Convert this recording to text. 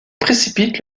précipite